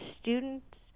students